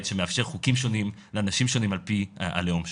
שמאפשר חוקים שונים לאנשים שונים על פי הלאום שלהם.